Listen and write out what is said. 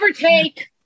take